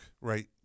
right